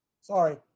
Sorry